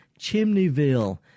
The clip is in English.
Chimneyville